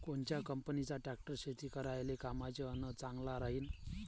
कोनच्या कंपनीचा ट्रॅक्टर शेती करायले कामाचे अन चांगला राहीनं?